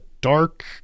dark